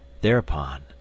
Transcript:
Thereupon